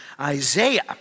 Isaiah